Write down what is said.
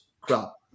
crop